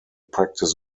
practice